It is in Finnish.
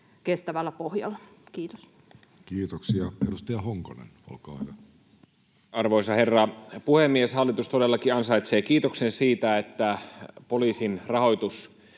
kestävällä pohjalla. — Kiitos. Kiitoksia. — Edustaja Honkonen, olkaa hyvä. Arvoisa herra puhemies! Hallitus todellakin ansaitsee kiitoksen siitä, että poliisin rahoitus